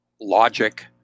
logic